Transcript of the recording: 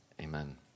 Amen